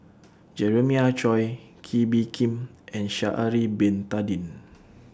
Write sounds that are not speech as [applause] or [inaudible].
[noise] Jeremiah Choy Kee Bee Khim and Sha'Ari Bin Tadin [noise]